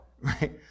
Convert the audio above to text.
right